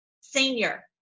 Senior